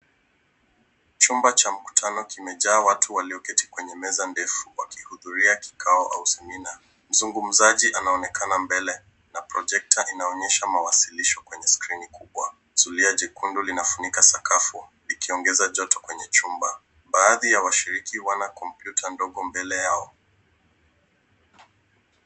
Chumba cha mkutano kimejaa watu walioketi kwenye meza ndefu wakihudhuria kikao au semina. Mzungumzaji anaonekana mbele na projector inaonyesha mawasilisho kwenye screen kubwa. Zulia jekundu linafunika sakafu, ikiongeza joto kwenye chumba. Baadhi ya washiriki wanakompyuta ndogo mbele yao.